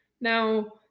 Now